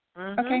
Okay